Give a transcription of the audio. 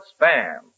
Spam